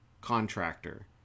contractor